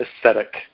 aesthetic